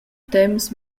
temps